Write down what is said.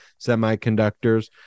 semiconductors